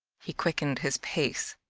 he quickened his pace.